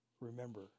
Remember